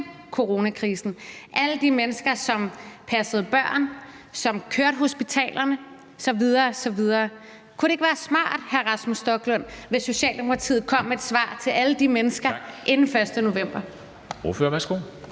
coronakrisen? Det er alle de mennesker, som passede børn, som kørte hospitalerne osv. osv. Kunne det ikke være smart, hvis Socialdemokratiet kom med et svar til alle de mennesker inden den 1. november?